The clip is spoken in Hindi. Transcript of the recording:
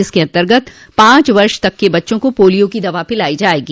जिसे अंतर्गत पांच वर्ष तक के बच्चों को पोलियो की दवा पिलाई जायेगी